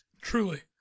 Truly